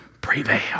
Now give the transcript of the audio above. prevail